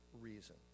reason